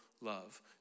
love